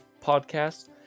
podcast